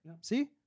See